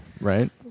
right